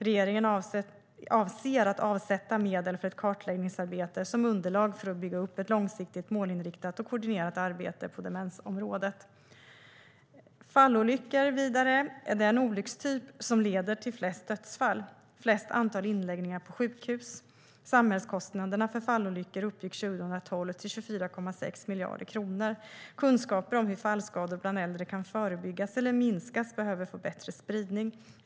Regeringen avser att avsätta medel för ett kartläggningsarbete som underlag för att bygga upp ett långsiktigt, målinriktat och koordinerat arbete på demensområdet. Fallolyckor är den olyckstyp som leder till flest dödsfall och flest antal inläggningar på sjukhus. Samhällskostnaderna för fallolyckor uppgick 2012 till 24,6 miljarder kronor. Kunskaper om hur fallskador bland äldre kan förebyggas eller minskas behöver få bättre spridning.